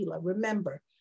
Remember